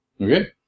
Okay